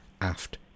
aft